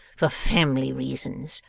for family reasons.